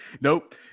Nope